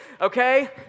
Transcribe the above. okay